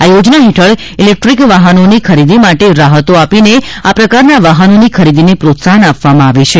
આ યોજના હેઠળ ઈલેક્ટ્રીક વાહનોની ખરીદી માટે રાહતો આપીને આ પ્રકારના વાહનોની ખરીદીને પ્રોત્સાહન આપવામાં આવે છે